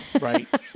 Right